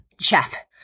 Chef